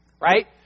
Right